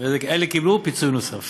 אלה קיבלו פיצוי נוסף.